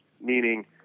Meaning